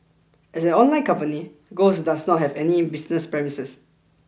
as an online company Ghost does not have any business premises